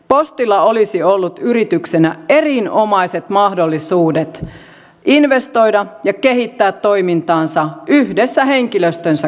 postilla olisi ollut yrityksenä erinomaiset mahdollisuudet investoida ja kehittää toimintaansa yhdessä henkilöstönsä kanssa